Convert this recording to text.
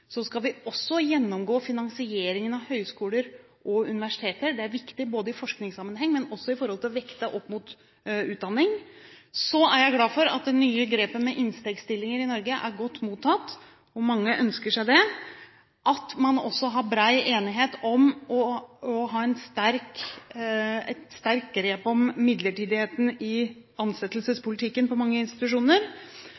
Så skal vi også gjennomgå finanseringen av høyskoler og universiteter. Det er viktig i forskningssammenheng, men også for å vekte opp mot utdanning. Så er jeg glad for at det nye grepet med innstegsstillinger i Norge er godt mottatt – og mange ønsker seg det. Det er også bred enighet om å ha et sterkt grep om midlertidigheten i